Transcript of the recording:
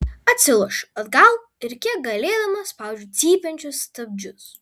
atsilošiu atgal ir kiek galėdama spaudžiu cypiančius stabdžius